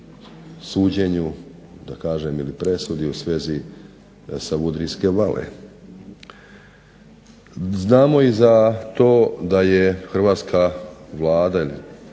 suđenju da kažem presudi Savudrijske Vale. Znamo za to da je hrvatska Vlada ili